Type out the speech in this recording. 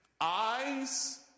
Eyes